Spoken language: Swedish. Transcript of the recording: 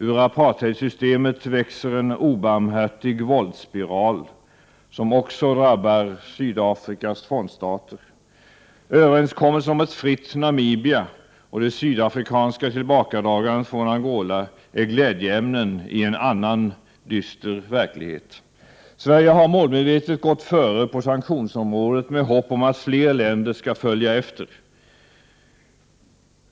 Ur apartheidsystemet växer en obarmhärtig våldsspiral, som också drabbar Sydafrikas frontstater. Överenskommelsen om ett fritt Namibia och det sydafrikanska tillbakadragandet från Angola är glädjeämnen i en annars dyster verklighet. Sverige har målmedvetet gått före på sanktionsområdet med hopp om att fler länder skall följa efter.